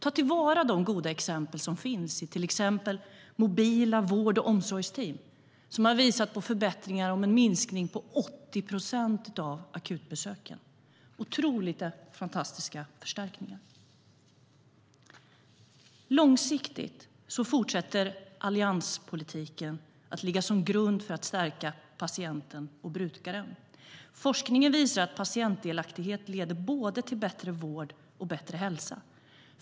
Ta till vara de goda exempel som finns i till exempel mobila vård och omsorgsteam! De har visat på förbättringar i form av en minskning av akutbesöken med 80 procent. Det är otroligt fantastiska förstärkningar. Långsiktigt fortsätter allianspolitiken att ligga som grund för att stärka patienten och brukaren. Forskningen visar att patientdelaktighet leder till både bättre vård och bättre hälsa.